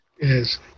Yes